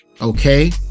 okay